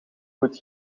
goed